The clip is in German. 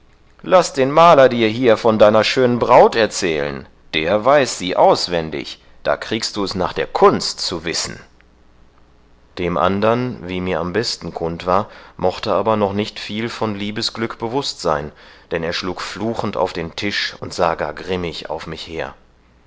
laß den maler dir hier von deiner schönen braut erzählen der weiß sie auswendig da kriegst du's nach der kunst zu wissen dem andern wie mir am besten kund war mochte aber noch nicht viel von liebesglück bewußt sein denn er schlug fluchend auf den tisch und sah gar grimmig auf mich her